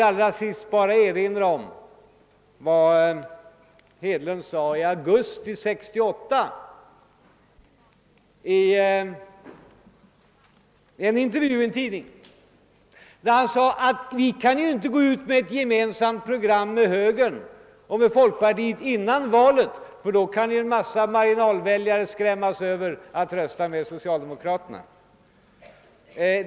Allra sist vill jag erinra om vad herr Hedlund sade i augusti 1968 i en intervju i en tidning: Vi kan inte gå ut med ett gemensamt program med bhögern och folkpartiet före valet, ty då kan en massa marginalväljare skrämmas Över till att rösta med socialdemokraterna.